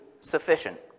sufficient